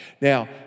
Now